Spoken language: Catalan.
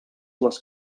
les